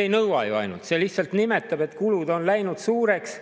ei nõua, see lihtsalt nimetab, et kulud on läinud suureks.